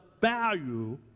value